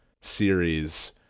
series